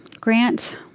grant